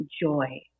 joy